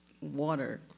water